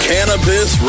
Cannabis